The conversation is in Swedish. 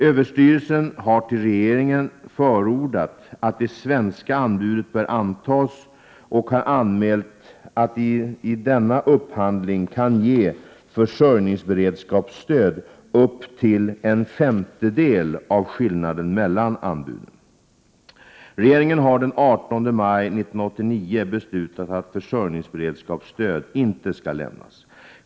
Överstyrelsen har till regeringen förordat att det svenska anbudet bör antas och har anmält att den i denna upphandling kan ge försörjningsberedskapsstöd upp till en femtedel av skillnaden mellan anbuden. Regeringen har den 18 maj 1989 beslutat att försörjningsberedskapsstöd inte skall lämnas.